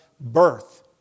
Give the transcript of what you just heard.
birth